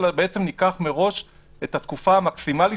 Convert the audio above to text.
אלא ניקח מראש את התקופה המקסימלית